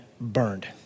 burned